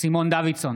סימון דוידסון,